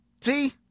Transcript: See